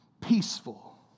peaceful